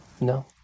No